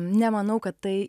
nemanau kad tai